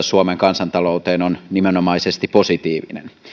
suomen kansantalouteen on nimenomaisesti positiivinen